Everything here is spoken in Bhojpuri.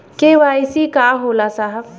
के.वाइ.सी का होला साहब?